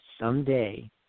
someday